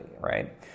right